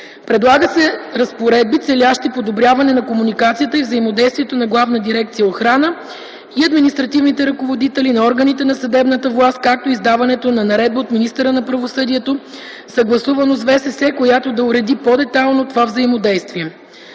Предлага се: разпоредби, целящи подобряване на комуникацията и взаимодействието на Главна дирекция „Охрана” и административните ръководители на органите на съдебната власт, както и издаването на наредба от министъра на правосъдието, съгласувано с ВСС, която да уреди по-детайлно това взаимодействие.